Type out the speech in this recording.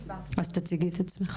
תציגי את עצמך.